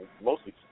mostly